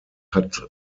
hat